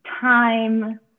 time